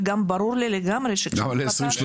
וגם ברור לי לגמרי --- למה ל-2030?